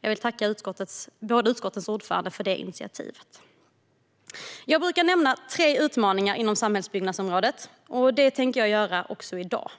Jag vill därför tacka båda utskottens ordförande för detta initiativ. Jag brukar nämna tre utmaningar inom samhällsbyggnadsområdet, och det ska jag göra även i dag.